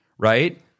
right